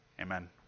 Amen